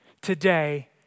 Today